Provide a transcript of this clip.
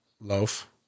loaf